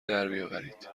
دربیاورید